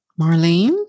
Marlene